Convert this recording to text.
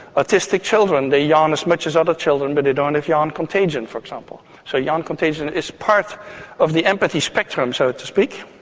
autistic children, they yawn as much as other children but they don't have yawn contagion, for example. so yawn contagion is part of the empathy spectrum, so to speak.